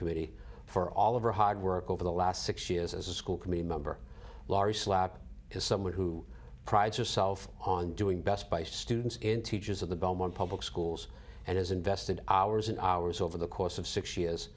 committee for all of our hard work over the last six years as a school committee member laurie slot is someone who prides herself on doing best by students in teachers of the bellman public schools and has invested hours and hours over the course of six years